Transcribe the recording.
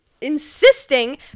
insisting